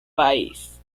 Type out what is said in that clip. país